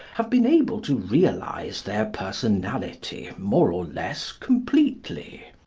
have been able to realise their personality more or less completely.